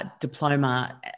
diploma